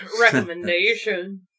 recommendation